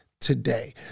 today